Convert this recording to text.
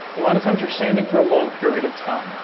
a lot of times you're sanding for a long period of time,